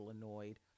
annoyed